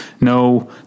no